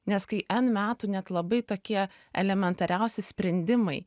nes kai n metų net labai tokie elementariausi sprendimai